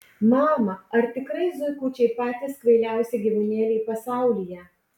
mama ar tikrai zuikučiai patys kvailiausi gyvūnėliai pasaulyje